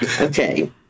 Okay